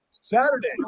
Saturday